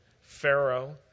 pharaoh